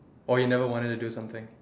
or you never wanted to do something